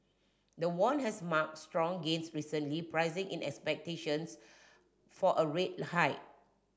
the won has marked strong gains recently pricing in expectations for a rate hike